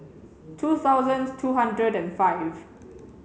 two thousand two hundred and five